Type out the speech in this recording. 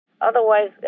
Otherwise